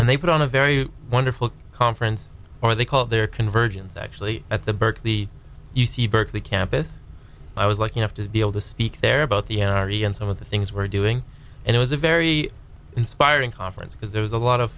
and they put on a very wonderful conference or they called their convergence actually at the birth of the u c berkeley campus i was lucky enough to be able to speak there about the n r a and some of the things we're doing and it was a very inspiring conference because there was a lot of